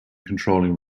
controlling